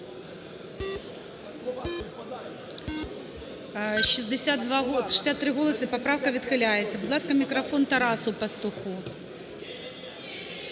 За-63 Поправка відхиляється. Будь ласка, мікрофон Тарасу Пастуху.